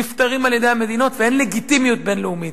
נפתרים על-ידי המדינות ואין לגיטימיות בין-לאומית.